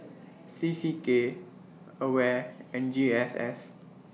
C C K AWARE and G S S